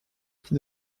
qui